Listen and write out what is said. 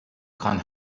con